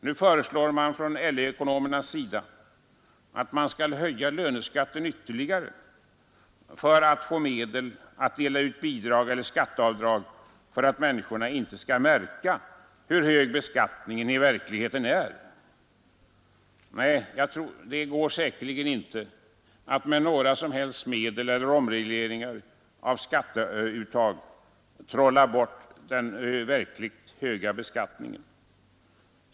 Nu föreslår LO-ekonomerna att man skall höja löneskatten ytterligare för att få medel att dela ut i bidrag eller skatteavdrag så att människorna inte skall märka hur hög beskattningen i verkligheten är. Nej, det går säkerligen icke att med några medel eller omregleringar av skatteuttag trolla bort den höga beskattningen.